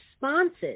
responses